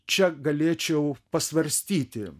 čia galėčiau pasvarstyti